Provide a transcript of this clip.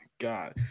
God